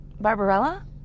Barbarella